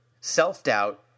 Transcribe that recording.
Self-doubt